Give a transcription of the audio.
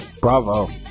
Bravo